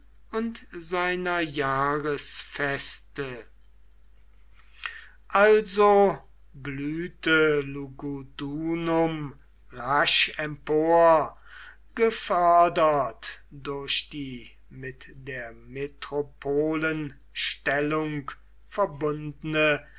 und seiner jahresfeste also blühte lugudunum rasch empor gefördert durch die mit der metropolenstellung verbundene